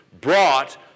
brought